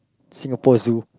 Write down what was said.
Singapore Zoo